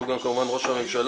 שהוא גם כמובן ראש הממשלה,